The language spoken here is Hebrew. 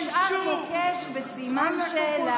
נשאר מוקש בסימן שאלה.